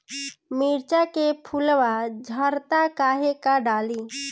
मिरचा के फुलवा झड़ता काहे का डाली?